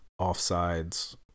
offsides